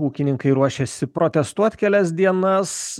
ūkininkai ruošėsi protestuot kelias dienas